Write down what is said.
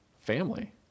family